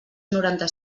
noranta